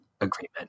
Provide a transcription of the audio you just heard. agreement